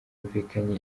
yumvikanye